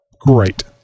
great